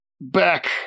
back